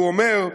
הוא אומר: